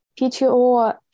PTO